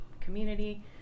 community